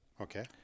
Okay